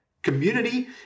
community